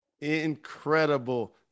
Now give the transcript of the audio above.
Incredible